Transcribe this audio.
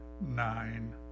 nine